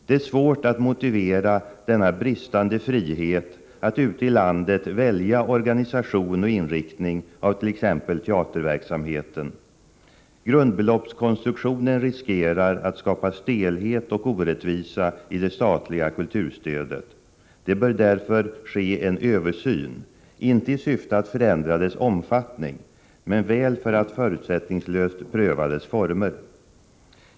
Det är svårt att motivera denna brist på frihet att ute i landet välja organisation och inriktning av t.ex. teaterverksamheten. Grundbeloppskonstruktionen riskerar att skapa stelhet och orättvisa i det statliga kulturstödet. Det bör därför göras en översyn, inte i syfte att förändra dess omfattning, men väl för att förutsättningslöst pröva dess former.